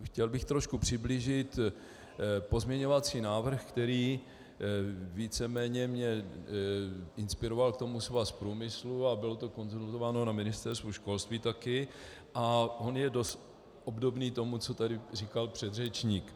Chtěl bych trošku přiblížit pozměňovací návrh, ke kterému víceméně mě inspiroval Svaz průmyslu, a bylo to konzultováno na Ministerstvu školství také, a on je dost obdobný tomu, co tady říkal předřečník.